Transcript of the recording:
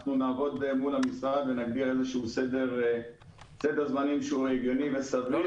אנחנו נעבוד מול משרד התקשורת ונגדיר סדר זמנים הגיוני וסביר.